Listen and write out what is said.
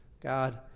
God